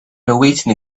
awaiting